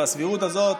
והסבירות הזאת,